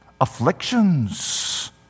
afflictions